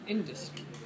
Industry